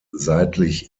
seitlich